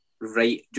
right